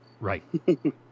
Right